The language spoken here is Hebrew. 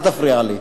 אל תפריע לי.